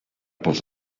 pels